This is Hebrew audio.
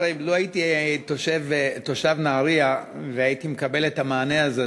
לו הייתי תושב נהריה והייתי מקבל את המענה הזה,